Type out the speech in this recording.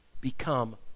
become